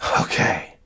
Okay